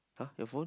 !hah! your phone